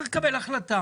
צריך לקבל החלטה